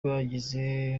bagize